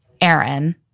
Aaron